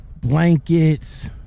blankets